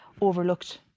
overlooked